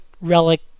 relic